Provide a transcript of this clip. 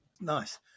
Nice